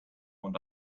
und